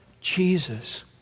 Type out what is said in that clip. Jesus